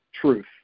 truth